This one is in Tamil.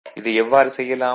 இதை எவ்வாறு செய்யலாம்